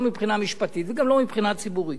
לא מבחינה משפטית וגם לא מבחינה ציבורית.